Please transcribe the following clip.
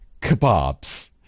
Kebabs